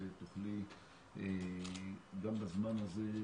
תוכלי גם בזמן הזה,